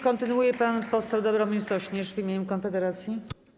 Kontynuuje pan poseł Dobromir Sośnierz w imieniu Konfederacji.